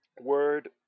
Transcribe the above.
word